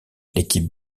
l’équipe